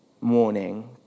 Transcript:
morning